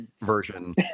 version